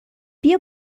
بیا